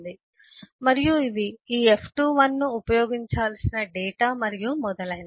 మరియు ఇవి ఈ f21 ఉపయోగించాల్సిన డేటా మరియు మొదలైనవి